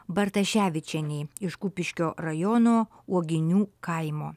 bartaševičienei iš kupiškio rajono uoginių kaimo